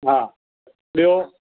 हा ॿियो